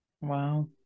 Wow